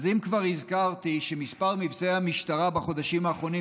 אם כבר הזכרתי שמספר מבצעי המשטרה בחודשים האחרונים